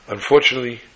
Unfortunately